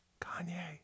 Kanye